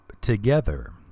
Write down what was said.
together